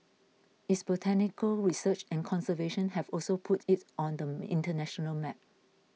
its botanical research and conservation have also put it on the international map